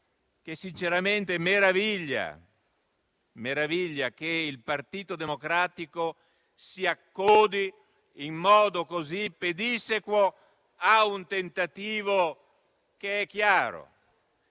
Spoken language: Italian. che sinceramente meraviglia che il Partito Democratico si accodi in modo così pedissequo a un tentativo che è chiaro,